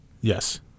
Yes